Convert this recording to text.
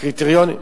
הקריטריונים,